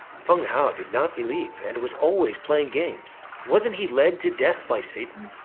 feng hao did not believe and was always playing games. wasn't he led to death by satan?